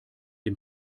dem